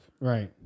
Right